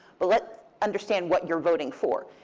but let's understand what you're voting for.